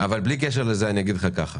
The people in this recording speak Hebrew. אבל בלי קשר לזה, אני אגיד לך ככה